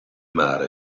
mare